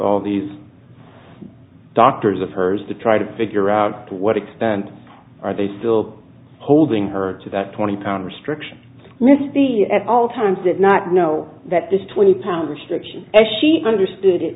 all these doctors of hers to try to figure out to what extent are they still holding her to that twenty pound restriction misty at all times did not know that this twenty pound restriction as she understood it